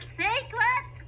secret